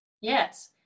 yes